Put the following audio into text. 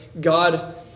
God